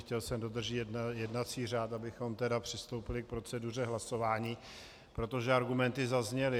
Chtěl jsem dodržet jednací řád, abychom tedy přistoupili k proceduře hlasování, protože argumenty zazněly.